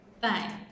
Bye